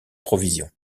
provisions